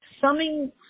summing